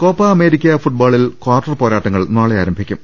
Copa America ഫുട്ബോളിൽ quarter പോരാട്ടങ്ങൾ നാളെ ആരം ഭിക്കും